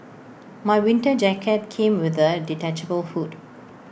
my winter jacket came with A detachable hood